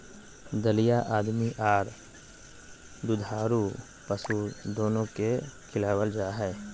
दलिया आदमी आर दुधारू पशु दोनो के खिलावल जा हई,